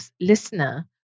listener